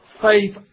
faith